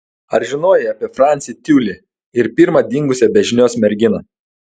ar žinojai apie francį tiulį ir pirmą dingusią be žinios merginą